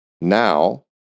Now